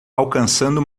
alcançando